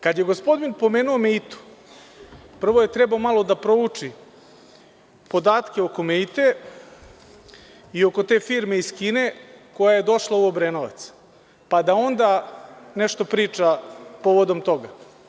Kad je gospodin pomenuo „Meitu“, prvo je trebalo malo da prouči podatke oko „Meite“ i oko te firme iz Kine koja je došla u Obrenovac, pa da onda nešto priča povodom toga.